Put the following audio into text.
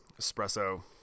espresso